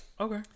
Okay